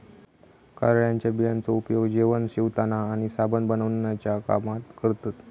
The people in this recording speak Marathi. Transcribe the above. कारळ्याच्या बियांचो उपयोग जेवण शिवताना आणि साबण बनवण्याच्या कामात करतत